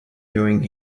doing